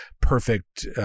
perfect